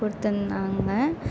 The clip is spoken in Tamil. கொடுத்துருந்தாங்க